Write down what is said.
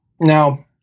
Now